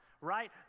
right